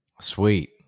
Sweet